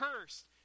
Cursed